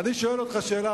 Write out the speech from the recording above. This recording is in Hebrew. אני שואל אותך שאלה,